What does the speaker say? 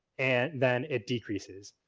and then it decreases.